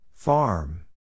Farm